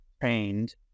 trained